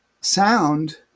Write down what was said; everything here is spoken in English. sound